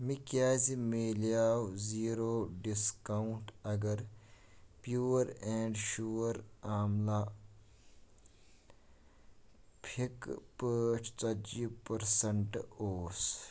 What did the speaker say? مےٚ کیٛازِ مِلیو زیٖرو ڈسکاونٛٹ اگر پیور اینٛڈ شور آملا فِکہٕ پٲٹھۍ ژَتجی پٔرسنٹ اوس